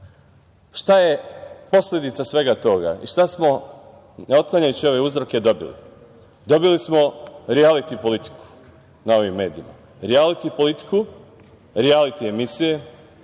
šta je posledica svega toga i šta smo, ne otklanjajući ove uzroke, dobili? Dobili smo rijaliti politiku na ovim medijima, rijaliti politiku, rijaliti emisije,